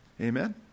Amen